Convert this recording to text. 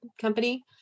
company